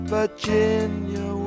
Virginia